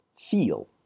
feel